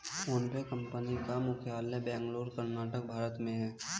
PhonePe company का मुख्यालय बेंगलुरु कर्नाटक भारत में है